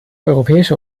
europäische